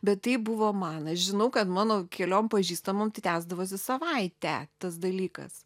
bet tai buvo man aš žinau kad mano keliom pažįstamom tai tęsdavosi savaitę tas dalykas